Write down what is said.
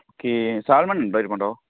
okay salmon ഉണ്ടോ ഇരിപ്പുണ്ടോ